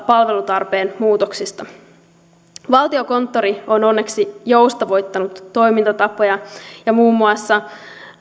palvelutarpeen muutoksien huomioimisesta valtiokonttori on onneksi joustavoittanut toimintatapoja ja muun muassa